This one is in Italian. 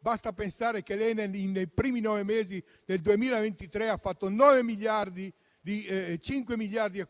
Basti pensare che l'Enel nei primi nove mesi del 2023 ha fatto 5,4 miliardi